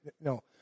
No